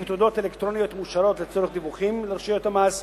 בתעודות אלקטרוניות מאושרות לצורך דיווחים לרשויות המס,